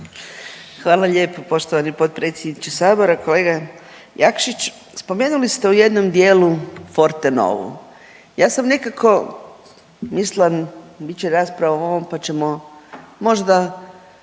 Hvala lijepo poštovani potpredsjedniče Sabora. Kolega Jakšić, spomenuli ste u jednom dijelu Forte Novu. Ja sam nekako mislila bit će rasprava o ovom pa ćemo možda